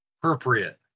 Appropriate